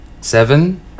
Seven